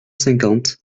cinquante